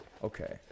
Okay